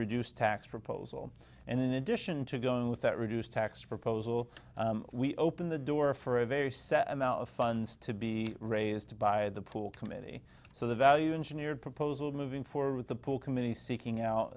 reduced tax proposal and in addition to going with that reduced tax proposal we open the door for a very set amount of funds to be raised by the pool committee so the value engineer proposal moving forward with the pool committee seeking ou